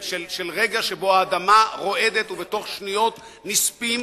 של רגע שבו האדמה רועדת ובתוך שניות נספים